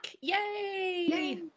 Yay